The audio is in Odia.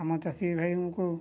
ଆମ ଚାଷୀ ଭାଇଙ୍କୁ